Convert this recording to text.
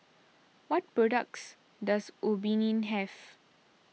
what products does Obimin have